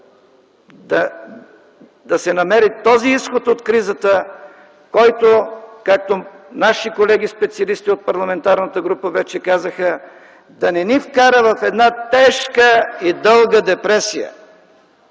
да се намери този изход от кризата, който, както наши колеги специалисти от парламентарната група вече казаха, да не ни вкара в тежка и дълга депресия!